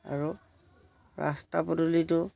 আৰু ৰাস্তা পদূলিটো